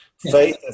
Faith